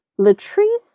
Latrice